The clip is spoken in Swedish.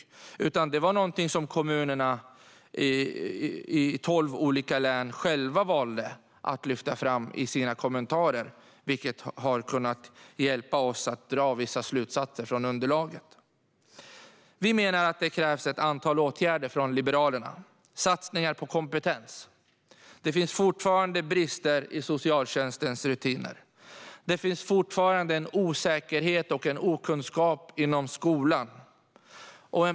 Det var i stället någonting som kommuner i tolv olika län själva valde att lyfta fram i sina kommentarer, vilket har kunnat hjälpa oss att dra vissa slutsatser från underlaget. Vi från Liberalerna menar att det krävs ett antal åtgärder. Det krävs satsningar på kompetens. Det finns fortfarande brister i socialtjänstens rutiner. Det finns fortfarande en osäkerhet och en okunskap inom skolan.